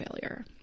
failure